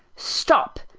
stop!